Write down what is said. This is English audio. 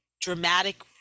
dramatic